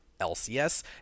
lcs